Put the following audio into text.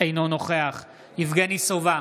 אינו נוכח יבגני סובה,